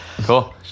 Cool